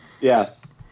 Yes